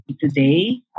today